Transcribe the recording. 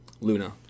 Luna